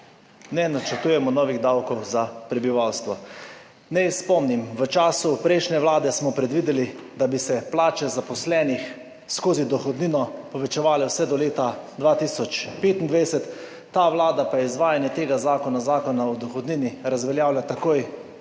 »Ne načrtujemo novih davkov za prebivalstvo.« Naj spomnim, v času prejšnje vlade smo predvideli, da bi se plače zaposlenih skozi dohodnino povečevale vse do leta 2025, ta vlada pa je izvajanje tega zakona, Zakona o dohodnini, razveljavila takoj,